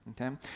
okay